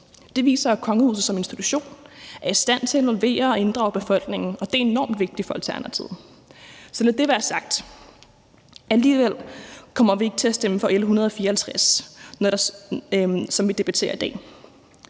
Det viser, at kongehuset som institution er i stand til at involvere og inddrage befolkningen, og det er enormt vigtigt for Alternativet. Så når det er sagt, kommer vi alligevel ikke til at stemme for L 154, som vi debatterer i dag.